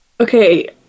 okay